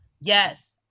yes